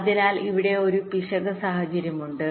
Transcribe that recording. അതിനാൽ ഇവിടെ ഒരു പിശക് സാഹചര്യമുണ്ട്